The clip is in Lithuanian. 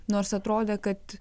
nors atrodė kad